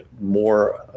more